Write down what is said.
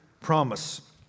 promise